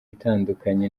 itandukanye